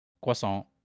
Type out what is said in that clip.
croissant